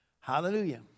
Hallelujah